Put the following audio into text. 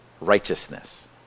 righteousness